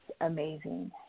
amazing